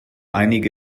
einige